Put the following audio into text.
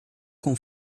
com